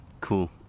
Cool